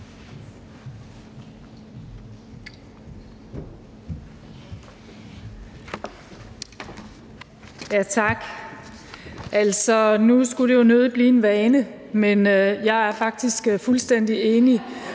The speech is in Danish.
(V): Tak. Nu skulle det jo nødig blive en vane, men jeg er faktisk fuldstændig enig